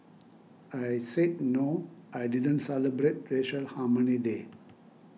I said no I didn't celebrate racial harmony day